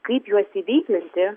kaip juos įveiklinti